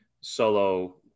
Solo